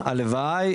הלוואי,